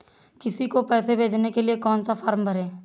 किसी को पैसे भेजने के लिए कौन सा फॉर्म भरें?